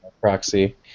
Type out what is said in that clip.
proxy